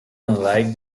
unlike